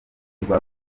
rwa